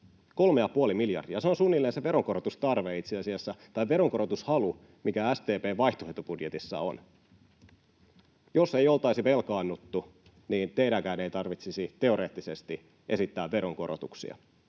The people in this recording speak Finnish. miljardia. Se on itse asiassa suunnilleen se veronkorotustarve tai veronkorotushalu, mikä SDP:n vaihtoehtobudjetissa on. Jos ei oltaisi velkaannuttu, niin teidänkään ei tarvitsisi teoreettisesti esittää veronkorotuksia.